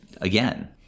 again